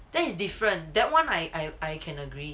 that is different that one I I can agree